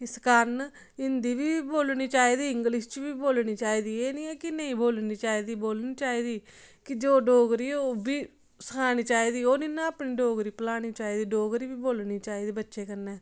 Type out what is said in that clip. इस कारण हिंदी बी बोलनी चाहिदी इंग्लिश च बी बोलनी चाहिदी एह् निं ऐ कि नेईं बोलनी चाहिदी बोलनी चाहिदी कि जो डोगरी ऐ ओह् बी सखानी चाहिदी ओह् निं ना अपनी डोगरी भलानी चाहिदी अपनी डोगरी बी बोलनी चाहिदी बच्चें कन्नै